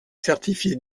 certifié